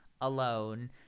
alone